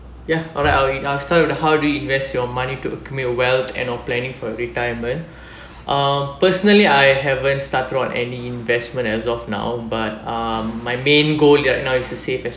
ya alright I'll read I'll start with how do you invest your money to accumulate wealth and all planning for retirement uh personally I haven't started on any investment as of now but um my main goal right now is to save as